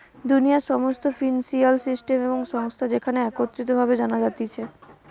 দুনিয়ার সমস্ত financial system এবং সংস্থা যেখানে একত্রিত ভাবে জানা যাতিছে